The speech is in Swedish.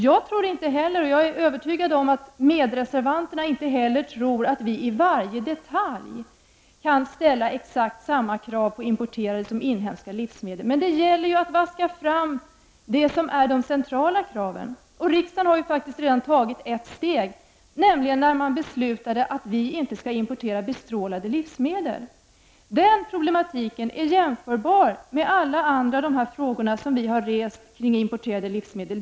Jag tror inte -- och jag är övertygad om att medreservanterna inte heller -- tror att vi i varje detalj kan ställa exakt samma krav på importerade som på inhemska livsmedel. Men det gäller att vaska fram det som är de centrala kraven. Riksdagen har ju faktiskt redan tagit ett steg i och med beslutet att vi inte skall importera bestrålade livsmedel. Den problematiken är jämförbar med alla andra frågor som vi har rest kring importerade livsmedel.